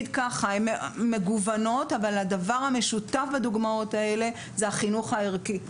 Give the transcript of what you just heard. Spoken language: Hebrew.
דוגמאות מגוונות אבל הדבר המשותף לדוגמאות האלה זה החינוך הערכי.